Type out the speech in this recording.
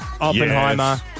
Oppenheimer